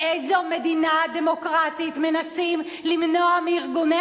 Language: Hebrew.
באיזו מדינה דמוקרטית מנסים למנוע מארגוני